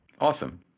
Awesome